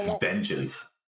vengeance